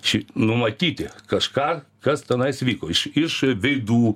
ši numatyti kažką kas tenais vyko iš iš veidų